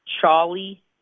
Charlie